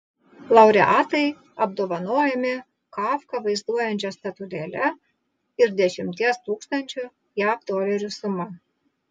laureatai apdovanojami kafką vaizduojančia statulėle ir dešimties tūkstančių jav dolerių suma